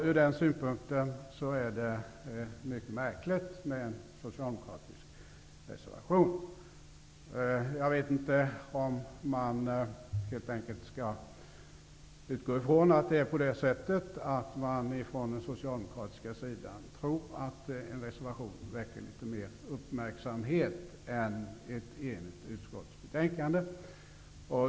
Ur den synpunkten är det mycket märkligt med en socialdemokratisk reservation. Jag vet inte om vi helt enkelt skall utgå från att man på den socialdemokratiska sidan tror att en reservation väcker litet mer uppmärksamhet än ett enigt utskottsbetänkande.